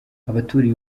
abaturiye